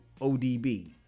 ODB